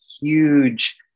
huge